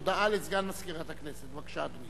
הודעה לסגן מזכירת הכנסת, בבקשה, אדוני.